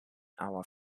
our